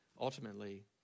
ultimately